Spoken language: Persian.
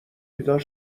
بیدار